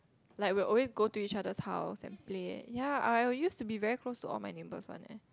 like we'll alway go to each other's house and play ya I used to be very close to all my neighbors one eh